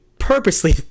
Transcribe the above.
purposely